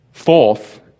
fourth